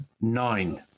nine